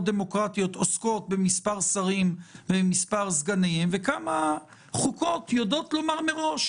דמוקרטיות עוסקות במספר שרים ומספר סגניהם וכמה חוקות יודעות לומר מראש: